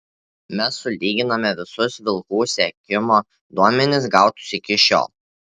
mes sulyginame visus vilkų sekimo duomenis gautus iki šiol